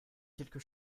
quelque